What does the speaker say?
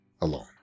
alone